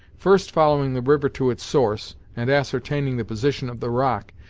first following the river to its source, and ascertaining the position of the rock,